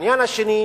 לכן,